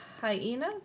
Hyena